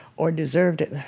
or deserved it.